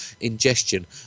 ingestion